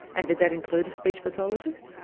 and did that include a speech pathologist?